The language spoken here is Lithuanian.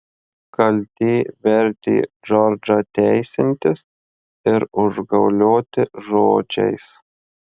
kaltė vertė džordžą teisintis ir užgaulioti žodžiais